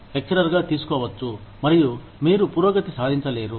లెక్చరర్గా తీసుకోవచ్చు మరియు మీరు పురోగతి సాధించలేరు